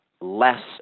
less